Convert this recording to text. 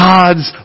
God's